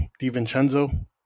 DiVincenzo